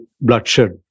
bloodshed